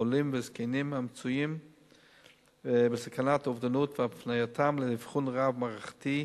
עולים וזקנים המצויים בסכנת אובדנות והפנייתם לאבחון רב-מערכתי,